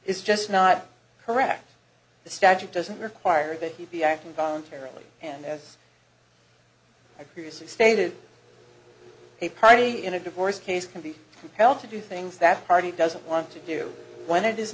is just not correct the statute doesn't require that you be acting voluntarily and as i previously stated a party in a divorce case can be compelled to do things that party doesn't want to do when it is